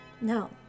No